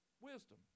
Wisdom